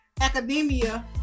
Academia